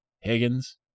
Higgins